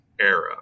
era